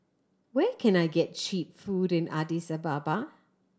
where can I get cheap food in Addis Ababa